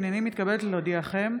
הינני מתכבדת להודיעכם,